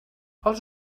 els